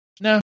no